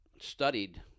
studied